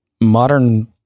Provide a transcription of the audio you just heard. modern